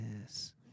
Yes